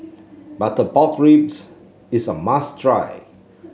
Butter Pork Ribs is a must try